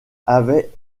avait